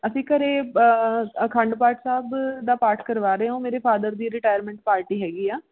ਅਸੀਂ ਘਰ ਅਖੰਡ ਪਾਠ ਸਾਹਿਬ ਦਾ ਪਾਠ ਕਰਵਾ ਰਹੇ ਹੋ ਮੇਰੇ ਫਾਦਰ ਦੀ ਰਿਟਾਇਰਮੇਂਟ ਪਾਰਟੀ ਹੈਗੀ ਆ